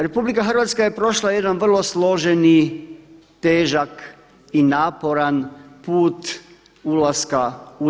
RH je prošla jedan vrlo složeni, težak i naporan put ulaska u EU.